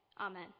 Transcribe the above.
Amen